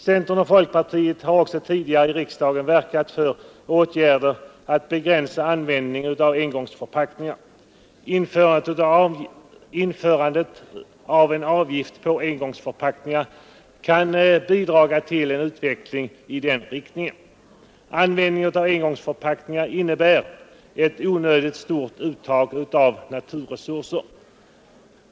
Centern och folkpartiet har också tidigare i riksdagen verkat för åtgärder för att söka begränsa användningen av engångsförpackningar. Införandet av en avgift på engångsförpackningar kan bidraga till en utveckling i den riktningen. Användningen av engångsförpackningar innebär ett onödigt stort uttag av naturresurser.